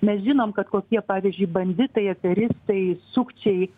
mes žinom kad kokie pavyzdžiui banditai aferistai sukčiai